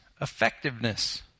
effectiveness